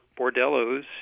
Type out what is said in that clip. bordellos